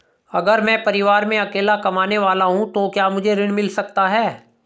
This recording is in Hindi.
अगर मैं परिवार में अकेला कमाने वाला हूँ तो क्या मुझे ऋण मिल सकता है?